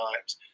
times